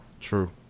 True